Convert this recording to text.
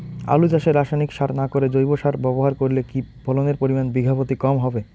আলু চাষে রাসায়নিক সার না করে জৈব সার ব্যবহার করলে কি ফলনের পরিমান বিঘা প্রতি কম হবে?